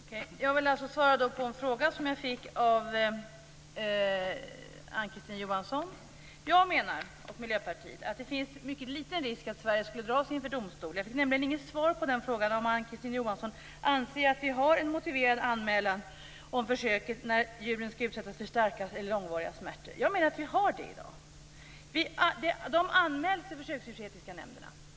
Herr talman! Jag vill alltså svara på en fråga som Ann-Kristine Johansson ställde till mig. Vi i Miljöpartiet menar att risken är mycket liten att Sverige dras inför domstol. Jag fick inget svar från Ann Kristine Johansson på min fråga om hon anser att vi har en motiverad anmälan om försök när djur skall utsättas för starka eller långvariga smärtor. Jag menar att en sådan anmälan görs till de djurförsöksetiska nämnderna.